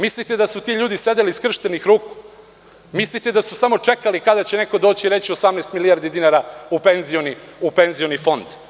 Mislite li da su ti ljudi sedeli skrštenih ruku, mislite li da su samo čekali kada će neko doći i reći – 18 milijardi dinara u penzioni fond?